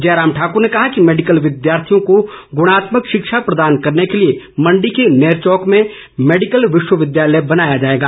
जयराम ठाक्र ने कहा कि मैडिकल विद्यार्थियों को गुणात्मक शिक्षा प्रदान करने के लिए मंडी के नेरचौक में मैडिकल विश्वविद्यालय बनाया जाएगा